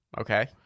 Okay